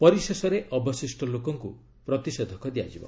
ପରିଶେଷରେ ଅବଶିଷ୍ଟ ଲୋକଙ୍କୁ ପ୍ରତିଷେଧକ ଦିଆଯିବ